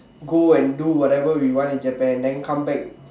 go and do whatever we want in Japan then come back